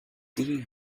deer